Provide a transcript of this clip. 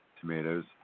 tomatoes